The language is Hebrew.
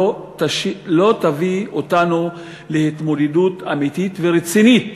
לא יביאו אותנו להתמודדות אמיתית ורצינית